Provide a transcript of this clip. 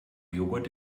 joghurt